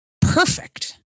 perfect